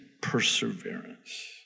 perseverance